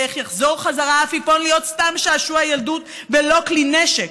ואיך יחזור חזרה עפיפון להיות סתם שעשוע ילדות ולא כלי נשק,